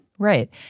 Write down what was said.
Right